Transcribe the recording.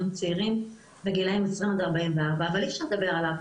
צעירים בקרב 20-44 אבל אי אפשר לדבר עליו.